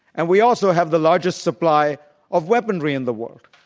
and we also have the largest supply of weaponry in the world.